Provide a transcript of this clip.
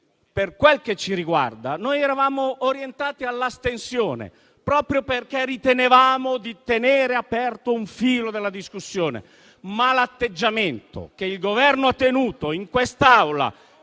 per quel che ci riguarda, noi eravamo orientati all'astensione proprio perché ritenevamo di tenere aperto un filo della discussione, ma l'atteggiamento che il Governo ha tenuto in quest'Aula